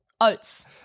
Oats